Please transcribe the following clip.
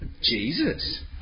Jesus